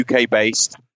UK-based